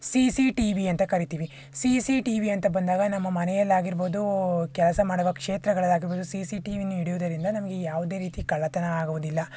C C T V ಅಂತ ಕರಿತೀವಿ C C T V ಅಂತ ಬಂದಾಗ ನಮ್ಮ ಮನೆಯಲ್ಲಿ ಆಗಿರ್ಬೋದು ಕೆಲಸ ಮಾಡುವ ಕ್ಷೇತ್ರಗಳಲ್ಲಿ ಆಗಿರ್ಬೋದು ಸಿ ಸಿ ಟಿ ವಿನು ಹಿಡಿಯುದರಿಂದ ನಮಗೆ ಯಾವುದೇ ರೀತಿಯ ಕಳ್ಳತನ ಆಗುವುದಿಲ್ಲ